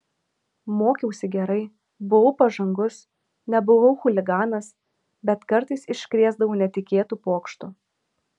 mokiausi gerai buvau pažangus nebuvau chuliganas bet kartais iškrėsdavau netikėtų pokštų